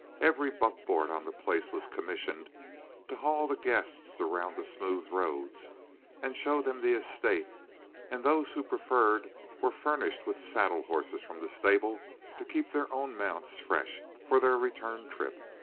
every buckboard on the place was commissioned to haul the guests around the smooth roads and show them the estate and those who preferred were furnished with saddle horses from the stable to keep their own mounts fresh for their return trip.